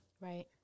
Right